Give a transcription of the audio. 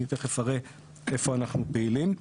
אני תיכף אראה איפה אנחנו פעילים.